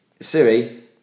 Siri